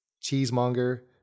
cheesemonger